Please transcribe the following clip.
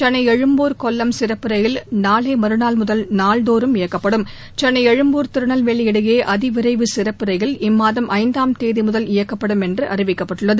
சென்னை எழும்பூர் கொல்லம் சிறப்பு ரயில் நாளை மறுநாள் முதல் நாள்தோறும் இயக்கப்படும் சென்னை எழும்பூர் திருநெல்வேலி இடையே அதிவிரைவு சிறப்பு ரயில் இம்மாதம் ஐந்தாம் தேதிமுதல் இயக்கப்படும் என்று அறிவிக்கப்பட்டுள்ளது